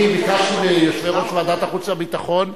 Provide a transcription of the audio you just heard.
אני ביקשתי מיושבי-ראש ועדת החוץ והביטחון,